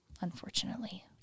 unfortunately